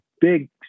big